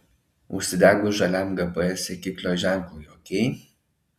užsidegus žaliam gps sekiklio ženklui ok